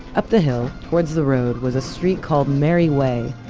up the hill towards the road was a street called merrie way.